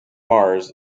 mars